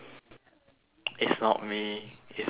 it's not me it's not me